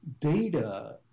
data